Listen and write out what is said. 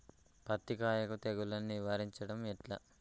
పత్తి కాయకు తెగుళ్లను నివారించడం ఎట్లా?